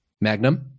Magnum